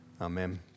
Amen